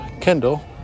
Kendall